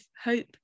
hope